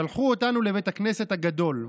שלחו אותנו לבית הכנסת הגדול.